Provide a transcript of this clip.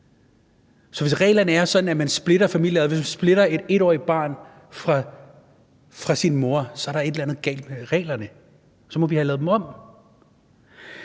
ad, hvis man skiller et 1-årigt barn fra sin mor, så er der et eller andet galt med reglerne; så må vi have dem lavet om.